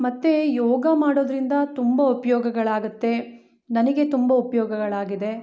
ಮತ್ತು ಯೋಗ ಮಾಡೋದರಿಂದ ತುಂಬ ಉಪಯೋಗಗಳಾಗತ್ತೆ ನನಗೆ ತುಂಬ ಉಪಯೋಗಗಳಾಗಿದೆ